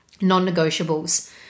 non-negotiables